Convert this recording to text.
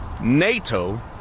NATO